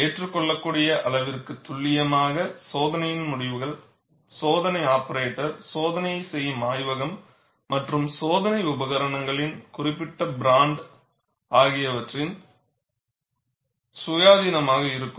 ஏற்றுக்கொள்ளக்கூடிய அளவிற்கு துல்லியமாக சோதனையின் முடிவுகள் சோதனை ஆபரேட்டர் சோதனையைச் செய்யும் ஆய்வகம் மற்றும் சோதனை உபகரணங்களின் குறிப்பிட்ட பிராண்டு ஆகியவற்றிலிருந்து சுயாதீனமாக இருக்கும்